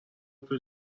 قطب